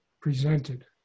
presented